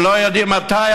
שלא יודעים מתי,